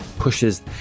pushes